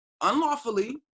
unlawfully